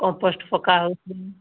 compost ପକା ହେଉଛି